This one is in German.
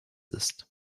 ist